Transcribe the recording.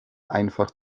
einfach